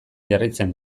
jarraitzen